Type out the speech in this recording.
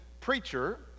preacher